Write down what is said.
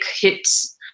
hits